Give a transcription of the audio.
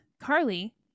carly